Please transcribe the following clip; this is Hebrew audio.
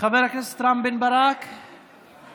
חבר הכנסת רם בן ברק, מוותר?